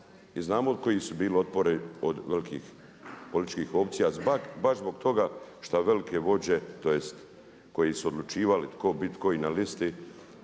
i znamo koji su bili otpori od velikih političkih opcija baš zbog toga što velike vođe tj. koji su odlučivali tko će bit koji na listi